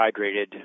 hydrated